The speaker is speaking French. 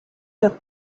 leurs